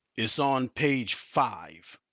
it's on page five.